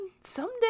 someday